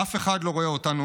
אף אחד לא רואה אותנו,